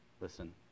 Listen